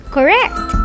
Correct